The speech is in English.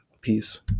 peace